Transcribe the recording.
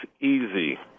easy